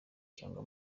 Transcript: cyangwa